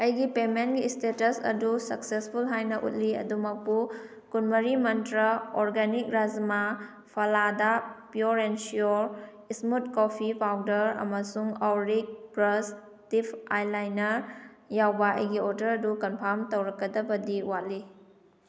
ꯑꯩꯒꯤ ꯄꯦꯃꯦꯟꯒꯤ ꯏꯁꯇꯦꯇꯁ ꯑꯗꯨ ꯁꯛꯁꯦꯁꯐꯨꯜ ꯍꯥꯏꯅ ꯎꯠꯂꯤ ꯑꯗꯨꯃꯛꯄꯨ ꯀꯨꯟꯃꯔꯤ ꯃꯟꯇ꯭ꯔꯥ ꯑꯣꯔꯒꯥꯅꯤꯛ ꯔꯥꯖꯃꯥ ꯐꯂꯥꯗ ꯄꯤꯌꯣꯔ ꯑꯦꯟ ꯁꯤꯌꯣꯔ ꯏꯁꯃꯨꯠ ꯀꯣꯐꯤ ꯄꯥꯎꯗꯔ ꯑꯃꯁꯨꯡ ꯑꯧꯔꯤꯛ ꯕ꯭ꯔꯁ ꯇꯤꯞ ꯑꯥꯏꯂꯥꯏꯅꯔ ꯌꯥꯎꯕꯥ ꯑꯩꯒꯤ ꯑꯣꯔꯗꯔ ꯑꯗꯨ ꯀꯟꯐꯥꯝ ꯇꯧꯔꯛꯀꯗꯕꯗꯤ ꯋꯥꯠꯂꯤ